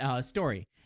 story